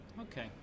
Okay